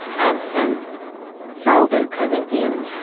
anthem salve o corinthians,